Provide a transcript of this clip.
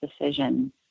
decision